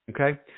Okay